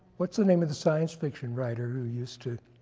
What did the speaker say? what's the name of the science fiction writer who used to?